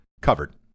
covered